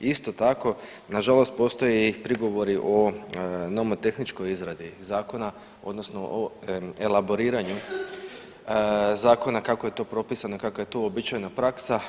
Isto tako nažalost postoje i prigovori o nomotehničkoj izradi zakona odnosno o elaboriranju zakona kako je to propisano i kako je to uobičajena praksa.